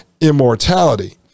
immortality